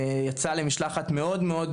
יצא למשלחת מאוד מאוד,